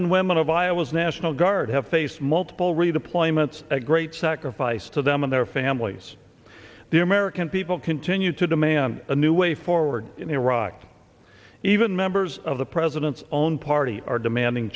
and women of iowa's national guard have faced multiple redeployments a great sacrifice to them and their families the american people continue to demand a new way forward in iraq even members of the president's own party are demanding